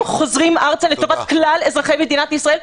חוזרים ארצה לטובת כלל אזרחי ישראל.